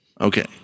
Okay